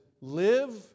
live